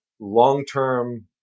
long-term